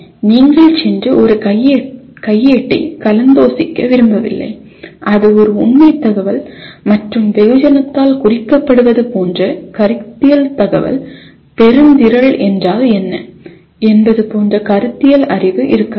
நீங்கள் சென்று ஒரு கையேட்டைக் கலந்தாலோசிக்க விரும்பவில்லை அது ஒரு உண்மைத் தகவல் மற்றும் வெகுஜனத்தால் குறிக்கப்படுவது போன்ற கருத்தியல் தகவல் பெருந்திரள் என்றால் என்ன என்பது போன்ற கருத்தியல் அறிவு இருக்க வேண்டும்